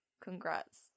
congrats